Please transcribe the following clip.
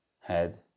head